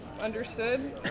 understood